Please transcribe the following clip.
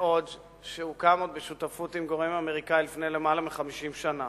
מאוד שהוקם בשותפות עם גורמים אמריקניים לפני יותר מ-50 שנה.